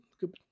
good